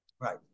Right